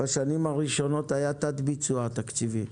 בשנים הראשונות היה תת-ביצוע תקציבי,